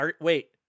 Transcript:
Wait